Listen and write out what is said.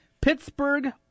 Pittsburgh